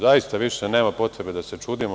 Zaista više nema potrebe da se čudimo.